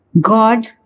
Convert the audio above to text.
God